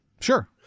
Sure